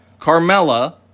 Carmella